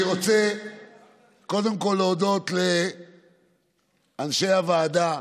אני רוצה קודם כול להודות לאנשי הוועדה,